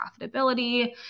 profitability